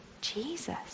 Jesus